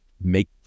make-